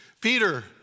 Peter